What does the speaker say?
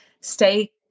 stay